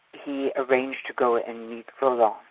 he arranged to go and meet roland. um